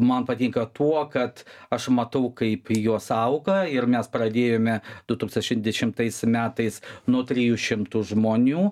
man patinka tuo kad aš matau kaip jos auga ir mes pradėjome du tūkstančiai dešimtais metais nuo trijų šimtų žmonių